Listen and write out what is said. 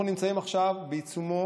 אנחנו נמצאים עכשיו בעיצומו